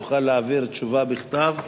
תוכל להעביר תשובה בכתב,